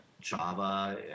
Java